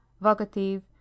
vocative